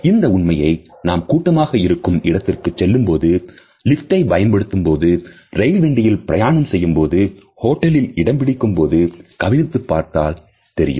இந்த உண்மையை நாம் கூட்டமாக இருக்கும் இடத்திற்கு செல்லும்போதோ லிப்டை பயன்படுத்தும்போது ரயில் வண்டியில் பிரயாணம் செய்யும் போது ஹோட்டலில் இடம் பிடிக்கும் போது கவனித்துப் பார்த்தால் தெரியும்